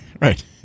Right